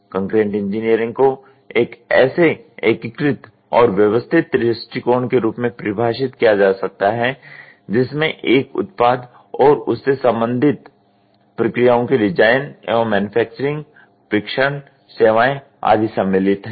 concurrent engineering को एक ऐसे एकीकृत और व्यवस्थित दृष्टिकोण के रूप में परिभाषित किया जा सकता है जिस में एक उत्पाद और उससे समबन्धित प्रक्रियों के डिजाइन एवं मैन्युफैक्चरिंग परीक्षण सेवाएं आदि सम्मिलित हैं